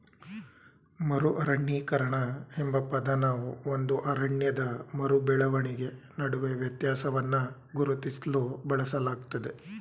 ಮರು ಅರಣ್ಯೀಕರಣ ಎಂಬ ಪದನ ಒಂದು ಅರಣ್ಯದ ಮರು ಬೆಳವಣಿಗೆ ನಡುವೆ ವ್ಯತ್ಯಾಸವನ್ನ ಗುರುತಿಸ್ಲು ಬಳಸಲಾಗ್ತದೆ